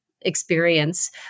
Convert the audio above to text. experience